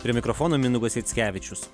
prie mikrofono mindaugas jackevičius